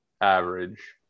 average